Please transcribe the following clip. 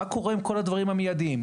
מה קורה עם כל הדברים המיידים?